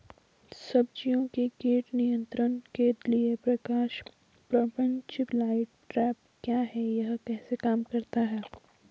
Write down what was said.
सब्जियों के कीट नियंत्रण के लिए प्रकाश प्रपंच लाइट ट्रैप क्या है यह कैसे काम करता है?